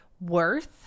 worth